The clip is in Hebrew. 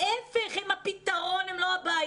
הם הפתרון והם לא הבעיה.